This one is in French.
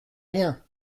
rien